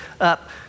up